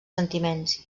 sentiments